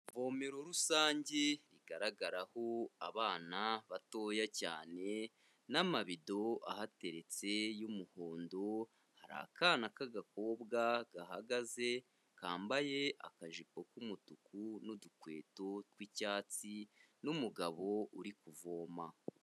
Ivomero rusange rigaragaraho abana batoya cyane, n'amabido ahateretse y'umuhondo, hari akana k'agakobwa gahagaze kambaye akajipo k'umutuku n'udukweto tw'icyatsi, n'umugabo uri kuvoma.